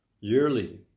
yearly